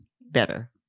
better